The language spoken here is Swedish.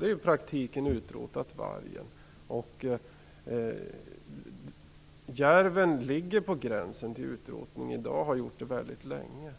Det är inte så länge sedan. Järven är i dag på gränsen till att vara utrotad och har så varit väldigt länge.